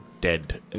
dead